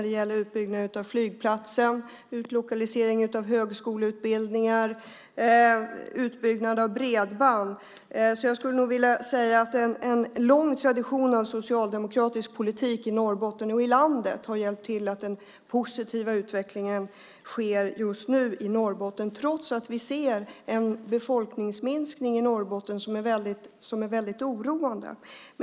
Det gäller utbyggnaden av flygplatsen, utlokalisering av högskoleutbildningar och utbyggnad av bredband. Jag skulle nog vilja säga att en lång tradition av socialdemokratisk politik i Norrbotten och i landet har hjälpt till så att den positiva utvecklingen sker just nu i Norrbotten - trots att vi ser en befolkningsminskning i Norrbotten som är väldigt oroande.